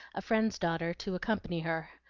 a friend's daughter, to accompany her.